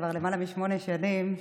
כבר למעלה משמונה שנים,